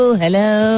hello